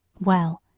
well,